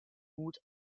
mut